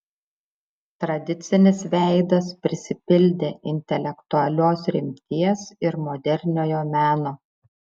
tradicinis veidas prisipildė intelektualios rimties ir moderniojo meno